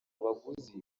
baguzi